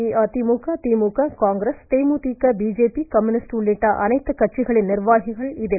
AIADMK DMK Congress DMDK BJP communist உள்ளிட்ட அனைத்துக் கட்சிகளின் நிர்வாகிகள் இதில் கலந்து கொண்டனர்